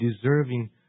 deserving